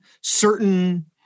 certain